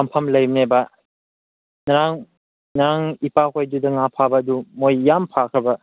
ꯐꯝꯐꯝ ꯂꯩꯕꯅꯦꯕ ꯅꯍꯥꯟ ꯅꯍꯥꯟ ꯏꯄꯥꯈꯣꯏꯗꯨꯗ ꯉꯥ ꯐꯥꯕ ꯑꯗꯨ ꯃꯣꯏ ꯌꯥꯝ ꯐꯥꯈ꯭ꯔꯕ